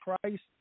Christ